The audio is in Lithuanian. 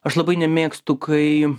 aš labai nemėgstu kai